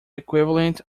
equivalent